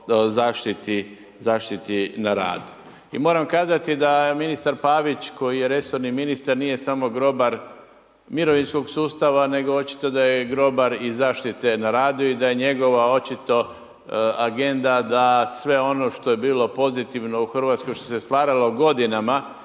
zaštiti na radu. I moram kazati da ministar Pavić koji je resorni ministar nije samo grobar mirovinskog sustava nego očito da je grobar i zaštite na radu i da je njegova očito agenda da sve ono što je bilo pozitivno u Hrvatskoj, što se stvaralo godinama,